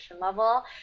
level